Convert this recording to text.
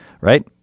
right